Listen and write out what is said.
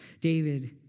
David